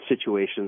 situations